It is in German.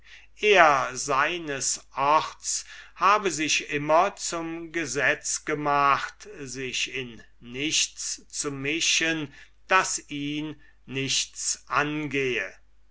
er seines orts habe sich immer zum gesetz gemacht sich in nichts zu mischen das ihn nichts angehe